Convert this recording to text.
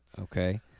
okay